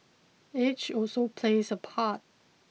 age also plays a part